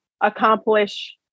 accomplish